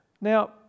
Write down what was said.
Now